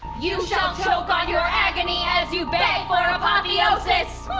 you shall choke on your agony as you beg for apotheosis